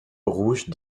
rouge